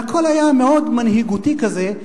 והכול היה מאוד מנהיגותי כזה,